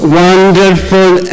wonderful